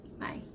Bye